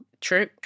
True